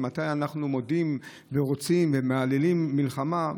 ממתי אנו רוצים ומהללים מלחמה?